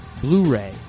Blu-ray